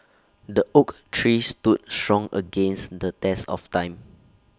the oak tree stood strong against the test of time